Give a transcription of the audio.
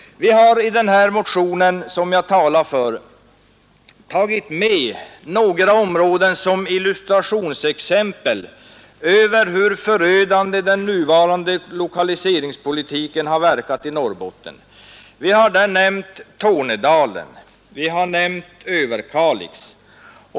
Vi har i vår motion tagit några områden som exempel för att illustrera hur förödande den nuvarande lokaliseringspolitiken har verkat i Norrbotten. Vi har där nämnt Tornedalen och vi har nämnt Överkalix.